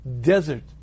desert